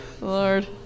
Lord